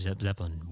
Zeppelin